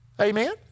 Amen